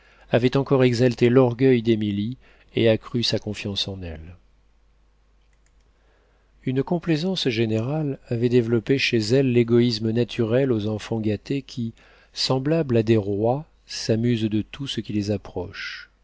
avait encore exalté l'orgueil d'émilie et accru sa confiance en elle une complaisance générale avait développé chez elle l'égoïsme naturel aux enfants gâtés qui semblables à des rois s'amusent de tout ce qui les approche